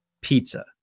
Pizza